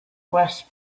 west